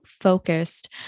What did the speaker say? focused